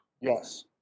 Yes